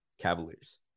Cavaliers